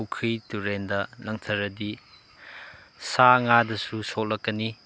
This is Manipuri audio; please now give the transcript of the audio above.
ꯄꯨꯈ꯭ꯔꯤ ꯇꯨꯔꯦꯜꯗ ꯂꯪꯊꯔꯗꯤ ꯁꯥ ꯉꯥꯗꯁꯨ ꯁꯣꯛꯂꯛꯀꯅꯤ